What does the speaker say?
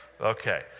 Okay